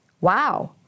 wow